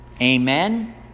Amen